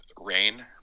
RAIN